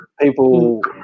People